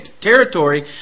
territory